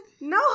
no